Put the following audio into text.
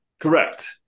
Correct